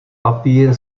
papír